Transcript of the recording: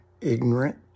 ignorant